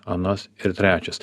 anas ir trečias